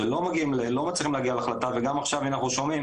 ולא מצליחים להגיע להחלטה וגם עכשיו אנחנו שומעים